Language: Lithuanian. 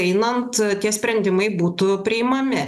einant tie sprendimai būtų priimami